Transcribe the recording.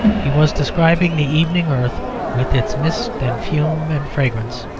he was describing the evening earth with its mist and fume and fragrance,